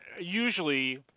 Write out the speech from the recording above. usually